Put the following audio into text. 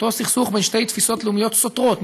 אותו סכסוך בין שתי תפיסות לאומיות סותרות,